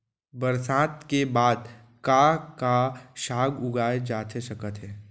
बरसात के बाद का का साग उगाए जाथे सकत हे?